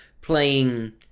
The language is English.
playing